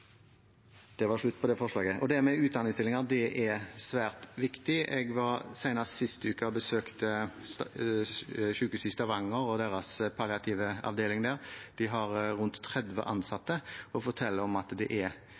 Det med utdanningsstillinger er svært viktig. Jeg var senest sist uke og besøkte sykehuset i Stavanger og deres palliative avdeling. De har rundt 30 ansatte og forteller at det er